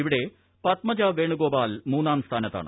ഇവിടെ പത്മജ വേണുഗോപാൽ മൂന്നാം സ്ഥാനത്താണ്